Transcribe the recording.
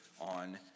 on